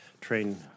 train